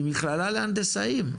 ממכלה להנדסאים,